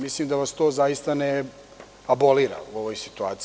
Mislim da vas to zaista ne abolira u ovoj situaciji.